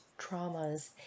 traumas